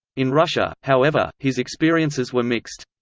in russia, however, his experiences were mixed.